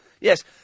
Yes